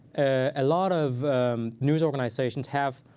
a lot of news organizations have,